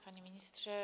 Panie Ministrze!